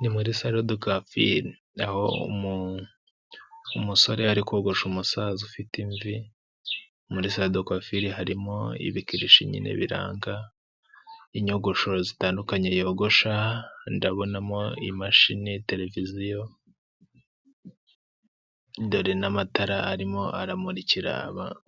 Ni muri salo dekwafili, aho umusore ari kogosha umusaza ufite imvi. Muri salo dekwafili harimo ibikoresho nyine biranga inyogosho zitandukanye yogosha, ndabonamo imashini, televiziyo, dore n'amatara arimo aramurikira